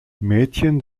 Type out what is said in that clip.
mädchen